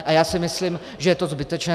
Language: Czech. A já si myslím, že je to zbytečné.